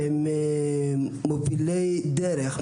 שהם מובילי דרך,